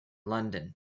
london